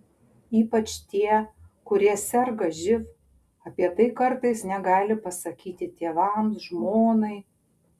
ypač tie kurie serga živ apie tai kartais negali pasakyti tėvams žmonai